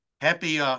happy